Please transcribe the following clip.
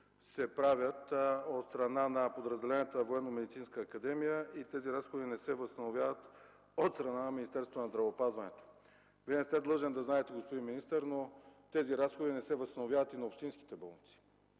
се правят от страна на подразделенията на Военномедицинска академия, и тези разходи не се възстановяват от Министерството на здравеопазването. Вие не сте длъжен да знаете, господин министър, но тези разходи не се възстановяват и на общинските болници.